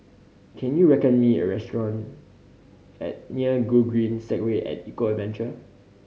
can you recommend me a restaurant at near Gogreen Segway At Eco Adventure